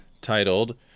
titled